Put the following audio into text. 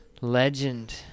legend